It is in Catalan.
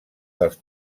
dels